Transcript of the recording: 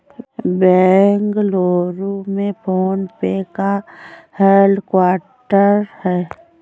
बेंगलुरु में PhonePe का headquarter हैं